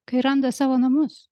kai randa savo namus